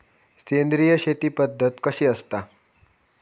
सेंद्रिय शेती पद्धत कशी असता?